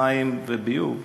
מים וביוב,